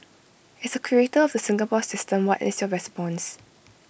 as A creator of the Singapore system what is your response